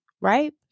right